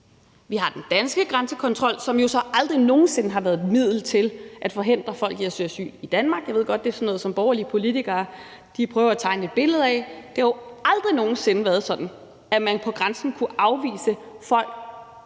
Vi har den danske grænsekontrol, som jo aldrig nogen sinde har været et middel til at forhindre folk i at søge asyl i Danmark. Jeg ved godt, at det er sådan noget, som borgerlige politikere prøver at tegne et billede af. Det har aldrig nogen sinde været sådan, at man på grænsen kunne afvise folk,